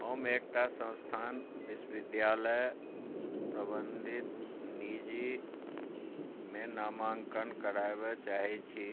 हम एकटा संस्थान विश्वविद्यालय प्रबन्धित निजीमे नामाङ्कन कराबय चाहैत छी